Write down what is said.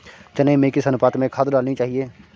चने में किस अनुपात में खाद डालनी चाहिए?